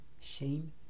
shame